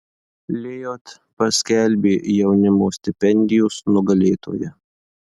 lijot paskelbė jaunimo stipendijos nugalėtoją